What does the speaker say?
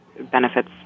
benefits